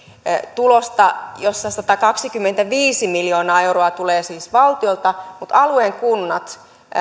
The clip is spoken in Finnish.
tulosta jossa satakaksikymmentäviisi miljoonaa euroa tulee siis valtiolta mutta alueen kunnat